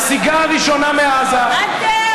הנסיגה הראשונה מעזה, אתם שחררתם מחבלים.